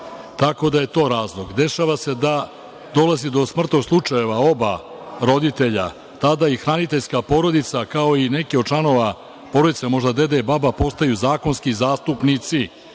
tako da je to razlog.Dešava se da dolazi do smrtnog slučaja oba roditelja. Tada hraniteljska porodica, kao i neki od članova porodice, možda deda i baba postaju zakonski zastupnici.